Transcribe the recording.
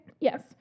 Yes